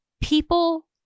people